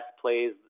plays